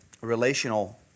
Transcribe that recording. relational